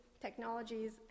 technologies